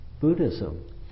Buddhism